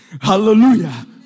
Hallelujah